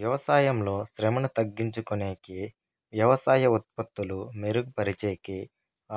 వ్యవసాయంలో శ్రమను తగ్గించుకొనేకి వ్యవసాయ ఉత్పత్తులు మెరుగు పరిచేకి